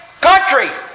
country